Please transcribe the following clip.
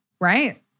Right